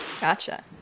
Gotcha